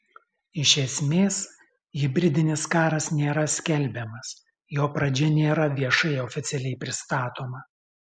iš esmės hibridinis karas nėra skelbiamas jo pradžia nėra viešai oficialiai pristatoma